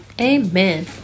Amen